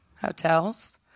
hotels